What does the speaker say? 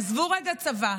עזבו רגע צבא,